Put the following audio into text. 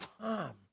time